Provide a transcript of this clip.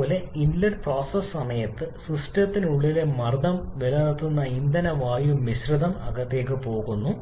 പോലെ inlet process സമയത്ത് സിസ്റ്റത്തിനുള്ളിലെ മർദ്ദം നിലനിർത്തുന്ന ഇന്ധന വായു മിശ്രിതം അകത്തേക്ക് പോകുന്നു